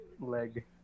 leg